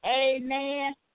Amen